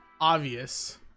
obvious